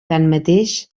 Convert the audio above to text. tanmateix